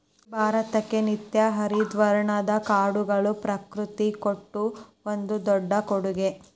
ಭಾರತಕ್ಕೆ ನಿತ್ಯ ಹರಿದ್ವರ್ಣದ ಕಾಡುಗಳು ಪ್ರಕೃತಿ ಕೊಟ್ಟ ಒಂದು ದೊಡ್ಡ ಕೊಡುಗೆ